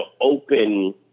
open